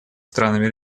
странами